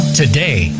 today